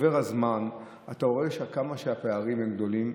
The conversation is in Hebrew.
שעובר הזמן אתה רואה כמה שהפערים הם גדולים.